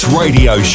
radio